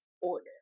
order